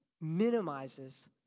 minimizes